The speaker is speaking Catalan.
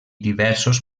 diversos